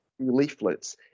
Leaflets